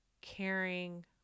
caring